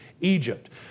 Egypt